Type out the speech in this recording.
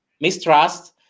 mistrust